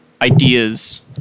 ideas